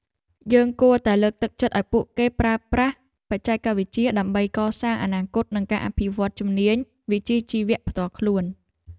យើងគួរតែលើកទឹកចិត្តឱ្យពួកគេប្រើប្រាស់បច្ចេកវិទ្យាដើម្បីកសាងអនាគតនិងការអភិវឌ្ឍន៍ជំនាញវិជ្ជាជីវៈផ្ទាល់ខ្លួន។